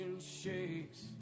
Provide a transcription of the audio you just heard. Shakes